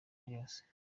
ryose